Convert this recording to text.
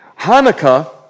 Hanukkah